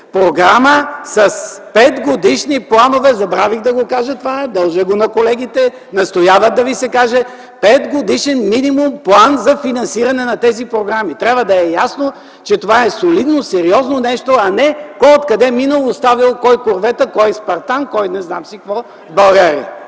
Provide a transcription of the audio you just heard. програма с петгодишни планове – забравих да кажа това, дължа го на колегите, които настояват да Ви се каже – минимум петгодишен план за финансиране на тези програми. Трябва да е ясно, че това е солидно, сериозно нещо, а не кой откъде минал, оставил, кой – корвета, кой – „Спартан”, кой – не знам какво в България.